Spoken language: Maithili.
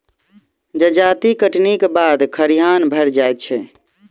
जजाति कटनीक बाद खरिहान भरि जाइत छै